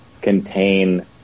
contain